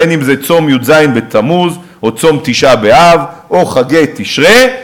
בין אם זה צום י"ז בתמוז או צום תשעה באב או חגי תשרי,